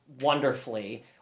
wonderfully